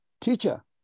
teacher